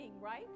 right